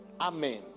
Amen